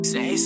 Say